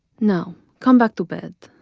now, come back to bed.